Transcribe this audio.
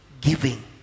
giving